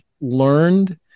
learned